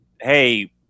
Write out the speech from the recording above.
hey